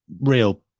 real